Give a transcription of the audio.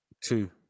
Two